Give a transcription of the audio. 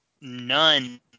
none